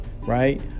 right